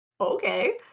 okay